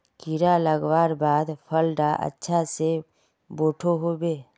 कीड़ा लगवार बाद फल डा अच्छा से बोठो होबे?